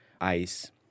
ICE